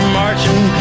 marching